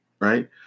Right